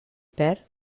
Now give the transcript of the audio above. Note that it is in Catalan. perd